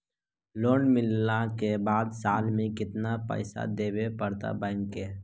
Loan मिलला के बाद साल में केतना पैसा देबे पड़तै बैक के?